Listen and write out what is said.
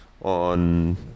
on